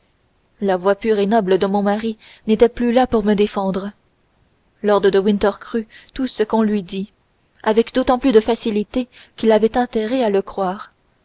la voix pure et noble de mon mari n'était plus là pour me défendre lord de winter crut tout ce qu'on lui dit avec d'autant plus de facilité qu'il avait intérêt à le croire